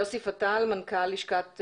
יוסי פתאל, מנכ"ל לשכת